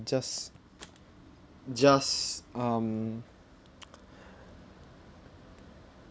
just just um